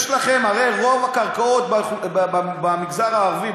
הרי רוב הקרקעות במגזר הערבי,